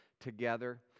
Together